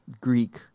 Greek